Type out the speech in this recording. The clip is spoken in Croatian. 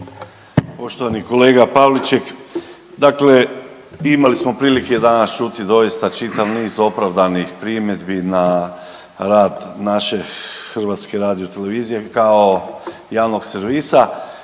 Poštovani kolega Pavliček. Dakle, imali smo prilike danas čuti doista čitav niz opravdanih primjedbi na rad naše HRT-a kao javnog servisa